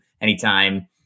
anytime